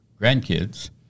grandkids